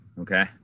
okay